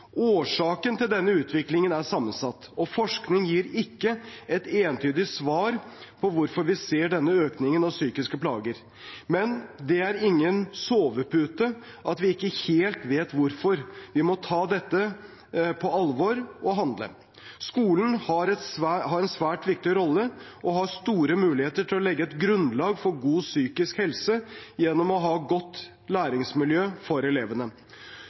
til denne utviklingen er sammensatt, og forskningen gir ikke et entydig svar på hvorfor vi ser denne økningen av psykiske plager. Men det er ingen sovepute at vi ikke helt vet hvorfor. Vi må ta dette på alvor og handle. Skolen har en svært viktig rolle og har store muligheter til å legge et grunnlag for god psykisk helse gjennom å ha et godt læringsmiljø for elevene.